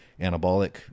anabolic